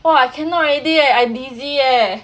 !wah! I cannot already leh I dizzy leh